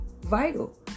vital